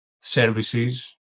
services